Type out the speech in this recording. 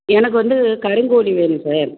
எனக்கு வந்து கருங்கோழி வேணும் சார்